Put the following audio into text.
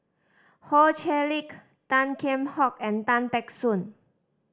Ho Chee Lick Tan Kheam Hock and Tan Teck Soon